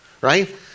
right